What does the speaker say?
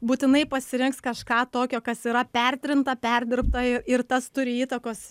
būtinai pasirinks kažką tokio kas yra pertrinta perdirbta ir tas turi įtakos